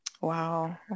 Wow